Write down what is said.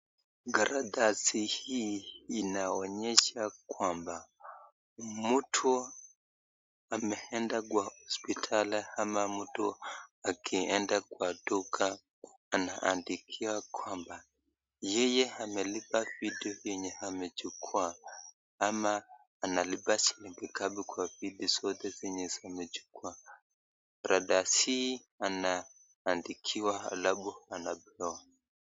Karatasi hii inaonyesha kwamba mtu ameenda kwa hospitali ama mtu akienda kwa duka anaandikiwa kwamba yeye amelipa vitu vyenye amechukua ama analipa shilingi ngapi kwa vitu zote zenye zimechukua, karatasi hii anaandikiwa alafu anapewa.